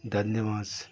দাতনে মাছ